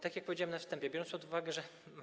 Tak jak powiedziałem na wstępie, biorąc pod uwagę, że.